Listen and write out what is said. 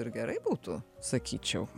ir gerai būtų sakyčiau